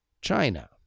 China